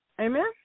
Amen